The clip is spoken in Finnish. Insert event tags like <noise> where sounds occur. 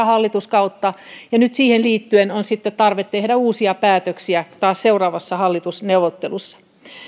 <unintelligible> hallituskautta ja nyt siihen liittyen on sitten tarve tehdä uusia päätöksiä taas seuraavissa hallitusneuvotteluissa